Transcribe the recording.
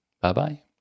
bye-bye